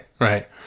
right